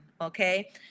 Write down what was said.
Okay